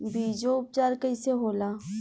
बीजो उपचार कईसे होला?